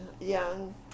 young